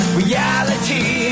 reality